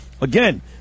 again